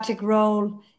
role